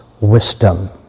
wisdom